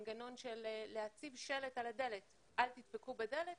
מנגנון של הצבת שלט על הדלת: אל תדפקו בדלת,